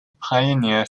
pioneer